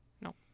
No